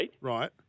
Right